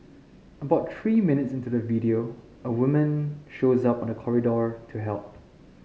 about three minutes into the video a woman shows up on the corridor to help